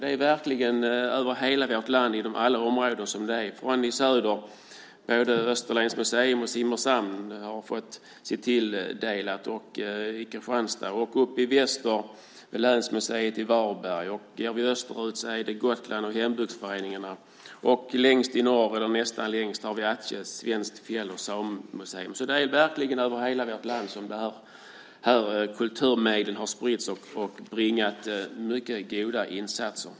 De är verkligen över hela vårt land över alla områden, från i söder, Österlens museum i Simrishamn har fått sig tilldelat, i Kristianstad, i väster Länsmuseet Varberg, österut är det Gotland och hembygdsföreningarna till nästan längst i norr med Attje Svenskt Fjäll och Samemuseum. Det är verkligen över hela vårt land som kulturmedel har spridits och bringat goda insatser.